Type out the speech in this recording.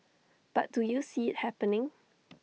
but do you see IT happening